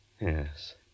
Yes